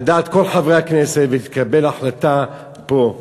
על דעת כל חברי הכנסת, ושתתקבל החלטה פה.